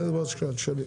אז תשאלי.